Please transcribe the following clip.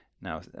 Now